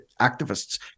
activists